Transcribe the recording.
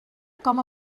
com